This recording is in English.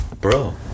bro